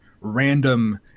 random